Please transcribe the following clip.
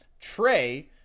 Trey